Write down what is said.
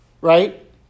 right